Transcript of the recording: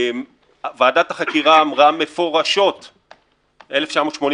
ועדת החקירה אמרה מפורשות ב-1988: